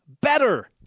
better